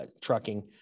trucking